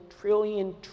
trillion